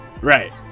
right